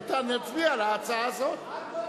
אז נצביע על ההצעה הזאת.